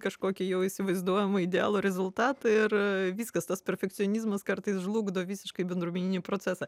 kažkokį jau įsivaizduojamo idealo rezultatą ir viskas tas perfekcionizmas kartais žlugdo visiškai bendruomeninį procesą